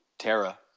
Tara